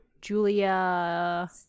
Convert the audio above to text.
Julia